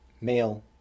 male